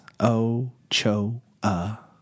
ochoa